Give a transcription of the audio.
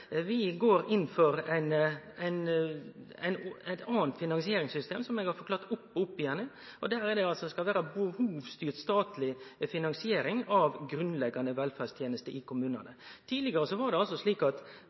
vi går inn for eit anna finansieringssystem, som eg har forklara om og om igjen, altså ei behovsstyrt statleg finansiering av grunnleggjande velferdstenester i kommunane. Tidlegare var det altså slik at